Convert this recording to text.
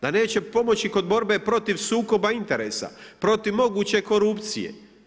Da neće pomoći kod borbe protiv sukoba interesa, protiv moguće korupcije.